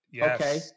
Okay